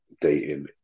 dating